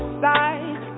side